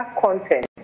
content